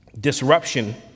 Disruption